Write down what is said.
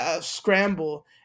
scramble